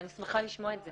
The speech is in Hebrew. אבל אני שמחה לשמוע את זה.